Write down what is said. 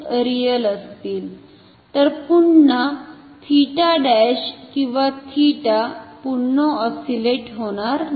तर पुन्हा 𝜃 ′ किंवा 𝜃 पुन्हा ऑस्सिलेट होणार नाही